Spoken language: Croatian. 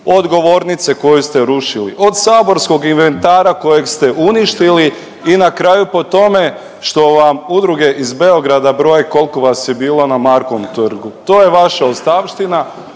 od govornice koju ste rušili, od saborskog inventara kojeg ste uništili i na kraju po tome što vam udruge iz Beograda broje koliko vas je bilo na Markovom trgu. To je vaša ostavština.